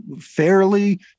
fairly